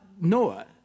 Noah